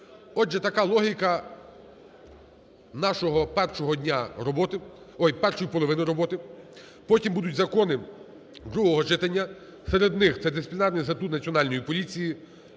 Отже, така логіка нашого першого дня роботи. Ой, першої половини роботи. Потім будуть закони другого читання, серед них це дисциплінарний статут Національної поліції